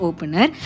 Opener